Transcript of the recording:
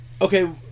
Okay